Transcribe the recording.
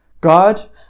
God